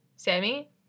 Sammy